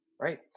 Right